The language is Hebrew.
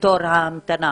בתור ההמתנה.